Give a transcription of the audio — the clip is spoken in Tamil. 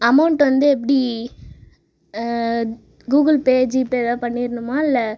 அமௌன்ட் வந்து எப்படி கூகுள்பே ஜிபேயில் எதாது பண்ணிடனும்மா இல்லை